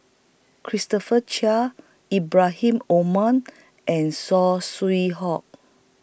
Christopher Chia Ibrahim Omar and Saw Swee Hock